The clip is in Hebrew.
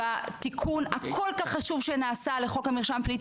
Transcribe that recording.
בתיקון הכל כך חשוב שנעשה לחוק המרשם הפלילי,